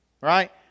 right